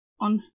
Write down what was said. on